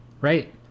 Right